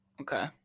Okay